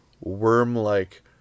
worm-like